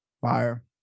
fire